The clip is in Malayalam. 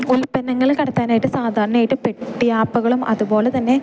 ഉൽപ്പന്നങ്ങള് കടത്താനായിട്ട് സാധാരണയായിട്ട് പെട്ടി ആപ്പകളും അതുപോലെ തന്നെ